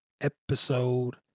episode